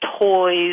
toys